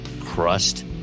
crust